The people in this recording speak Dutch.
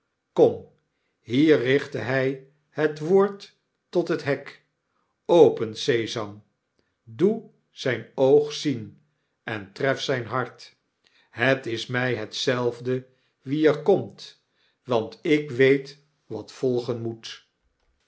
kom hier richtte hy het woord tot het hek open sesame doe zyn oog zien en tref zyn hart het is my hetzelfde wie er komt want ik weet wat volgen moet